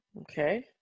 Okay